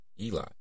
Eli